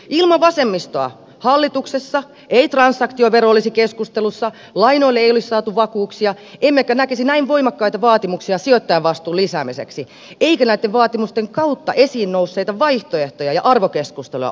ilman vasemmistoa hallituksessa transaktiovero ei olisi keskustelussa lainoille ei olisi saatu vakuuksia emmekä näkisi voimakkaita vaatimuksia sijoittajavastuun lisäämiseksi eikä näiden vaatimusten kautta esiin nousseita vaihtoehtoja ja arvokeskusteluja olisi käyty